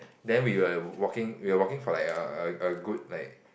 then we were walking we were walking for like err a good like